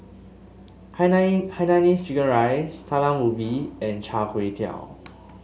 Hainanese Chicken Rice Talam Ubi and Char Kway Teow